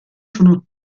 sono